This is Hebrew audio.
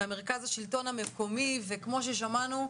כמו ששמענו,